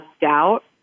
doubt